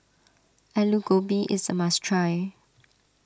Alu Gobi is a must try